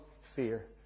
fear